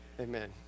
Amen